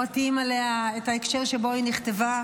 את הפרטים עליה, את ההקשר שבו היא נכתבה,